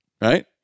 Right